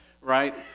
Right